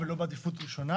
ולא ראשונה,